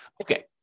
Okay